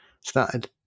started